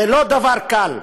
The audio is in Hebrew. זה לא דבר קל.